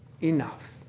enough